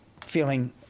feeling